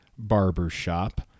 Barbershop